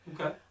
Okay